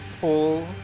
Pull